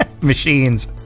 Machines